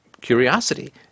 curiosity